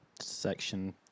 section